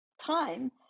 time